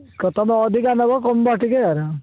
ତୁମେ ଅଧିକ ନେବ କମ କରିବା ଟିକିଏ